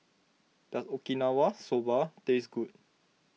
does Okinawa Soba taste good